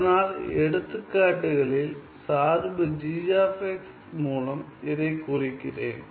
அதனால் எடுத்துக்காட்டுகளில் சார்பு g மூலம் இதை குறிக்கிறேன்